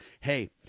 hey